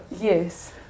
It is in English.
Yes